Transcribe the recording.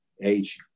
age